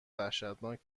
وحشتناک